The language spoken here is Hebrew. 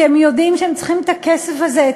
כי הם יודעים שהם צריכים את הכסף הזה,